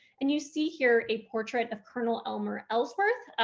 and you see here a portrait of colonel elmer ellsworth,